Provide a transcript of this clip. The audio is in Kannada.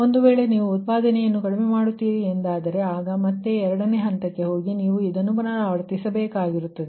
ಒಂದು ವೇಳೆ ನೀವು ಉತ್ಪಾದನೆಯನ್ನು ಕಡಿಮೆ ಮಾಡುತ್ತೀರಿ ಎಂದಾದರೆ ಆಗ ಮತ್ತೆ 2 ನೇ ಹಂತಕ್ಕೆ ಹೋಗಿ ನೀವು ಇದನ್ನು ಪುನರಾವರ್ತಿಸಬೇಕಾಗಿರುತ್ತದೆ